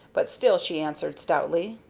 but still she answered, stoutly,